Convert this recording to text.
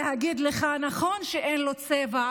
להגיד לך: נכון שאין לו צבע,